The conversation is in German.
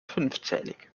fünfzählig